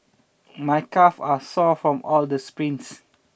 my calve are sore from all the sprints